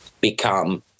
become